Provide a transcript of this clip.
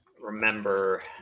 Remember